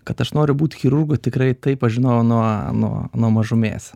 kad aš noriu būt chirurgu tikrai taip aš žinojau nuo nuo nuo mažumės